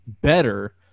better